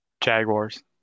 Jaguars